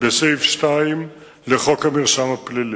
בסעיף 2 לחוק המרשם הפלילי,